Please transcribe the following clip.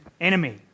enemy